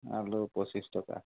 আলু পঁচিছ টকা